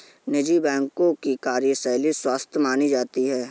निजी बैंकों की कार्यशैली स्वस्थ मानी जाती है